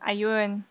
Ayun